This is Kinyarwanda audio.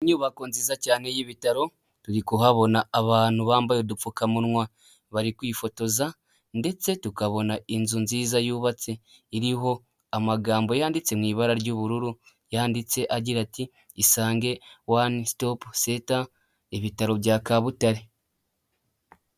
Inyubako nziza cyane y'ibitaro, turi kuhabona abantu bambaye udupfukamunwa, bari kwifotoza, ndetse tukabona inzu nziza yubatse iriho amagambo yanditse mu ibara ry'ubururu, yanditse agira ati: isange one stop center, ibitaro bya Kabutare.